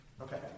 Okay